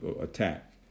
attack